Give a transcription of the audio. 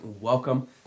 welcome